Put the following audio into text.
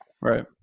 Right